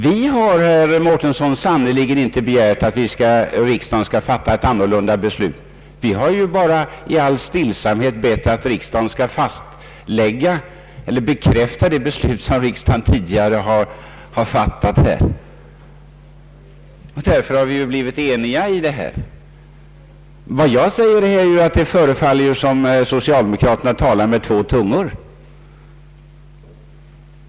Vi har sannerligen inte begärt att riksdagen skall fatta ett annat beslut utan vi har endast helt stillsamt begärt att riksdagen skall bekräfta det beslut som den tidigare fattat, och därför har vi blivit eniga. Vad jag säger är att det förefaller som om socialdemokraterna talar med två tungor.